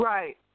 Right